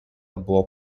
buvo